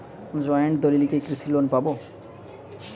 Joint দলিলে কি কৃষি লোন পাব?